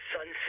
Sun